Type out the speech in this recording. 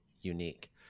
unique